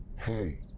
hey,